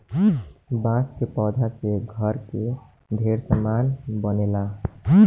बांस के पौधा से घर के ढेरे सामान बनेला